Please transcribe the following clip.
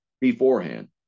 beforehand